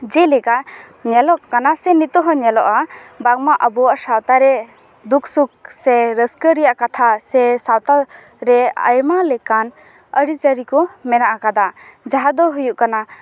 ᱡᱮᱞᱮᱠᱟ ᱧᱮᱞᱚᱜ ᱠᱟᱱᱟ ᱡᱮ ᱱᱤᱛᱚᱜ ᱦᱚᱸ ᱧᱮᱞᱚᱜᱼᱟ ᱵᱟᱝᱢᱟ ᱟᱵᱚᱣᱟᱜ ᱥᱟᱶᱛᱟ ᱨᱮ ᱫᱩᱠᱥᱩᱠ ᱥᱮ ᱨᱟᱹᱥᱠᱟᱹ ᱨᱮᱭᱟᱜ ᱠᱟᱛᱷᱟ ᱥᱮ ᱥᱟᱶᱛᱟ ᱨᱮ ᱟᱭᱢᱟ ᱞᱮᱠᱟᱱ ᱟᱨᱤᱪᱟᱨᱤ ᱠᱚ ᱢᱮᱱᱟᱜ ᱟᱠᱟᱫᱟ ᱡᱟᱦᱟᱸ ᱫᱚ ᱦᱩᱭᱩᱜ ᱠᱟᱱᱟ